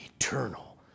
eternal